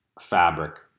fabric